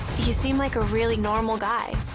he seemed like a really normal guy.